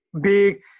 big